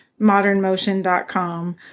modernmotion.com